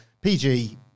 PG